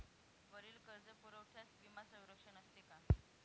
वरील कर्जपुरवठ्यास विमा संरक्षण असते का?